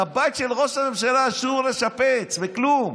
את הבית של ראש הממשלה אסור לשפץ בכלום,